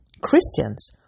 Christians